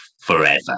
forever